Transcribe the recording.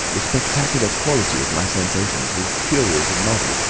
the spectacular quality of my sensations was curious and novel,